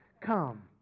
come